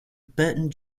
burton